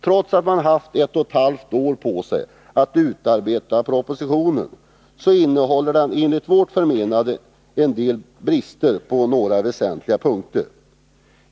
Trots att man haft ett och ett halvt år på sig att utarbeta propositionen innehåller den enligt vårt förmenande brister på några väsentliga punkter.